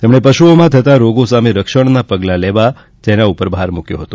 તેમને પશુઓમાં થતા રોગો સામે રક્ષણના પગલા લેવા ઉપર પણ ભાર મુક્યો હતો